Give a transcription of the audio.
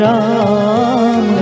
Ram